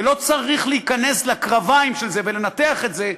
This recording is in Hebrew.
ולא צריך להיכנס לקרביים של זה ולנתח את זה,